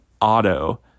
Auto